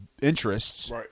interests